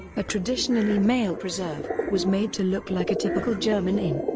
a traditionally male preserve, was made to look like a typical german inn.